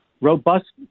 robust